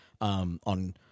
on